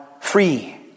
free